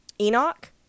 Enoch